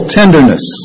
tenderness